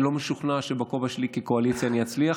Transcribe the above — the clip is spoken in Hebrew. אני לא משוכנע שבכובע שלי כקואליציה אני אצליח,